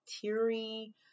teary